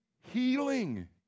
healing